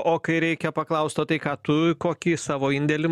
o kai reikia paklaust o tai ką tu kokį savo indėlį